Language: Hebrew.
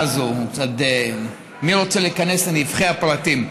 הזאת מצד מי שרוצה להיכנס לנבכי הפרטים.